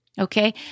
Okay